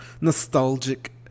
nostalgic